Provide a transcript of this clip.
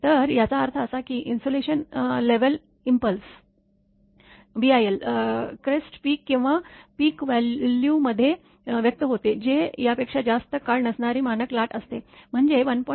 तर याचा अर्थ असा की insulation level impulse crest peak किंवा पीक व्हॅल्यू मध्ये व्यक्त होते जे यापेक्षा जास्त काळ नसणारी मानक लाट असते म्हणजेच 1